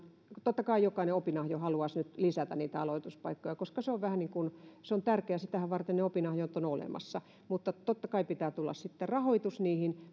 totta kai jokainen opinahjo haluaisi nyt lisätä niitä aloituspaikkoja koska se on tärkeää ja sitä vartenhan ne opinahjot ovat olemassa mutta totta kai pitää tulla sitten rahoitus niihin